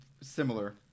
similar